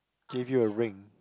give you a ring